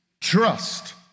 trust